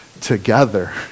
together